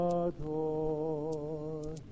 adore